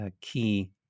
key